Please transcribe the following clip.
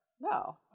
No